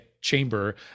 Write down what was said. chamber